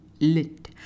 Lit